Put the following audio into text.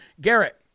Garrett